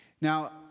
Now